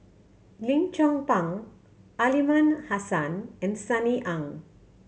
Lim Chong Pang Aliman Hassan and Sunny Ang